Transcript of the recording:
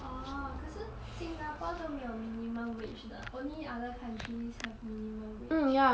orh 可是 singapore 都没有 minimum wage 的 only other countries have minimum wage